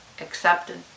accepted